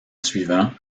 suivant